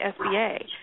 SBA